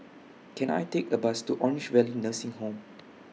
Can I Take A Bus to Orange Valley Nursing Home